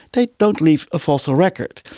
they don't leave a fossil record.